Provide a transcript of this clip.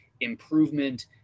improvement